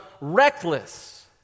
reckless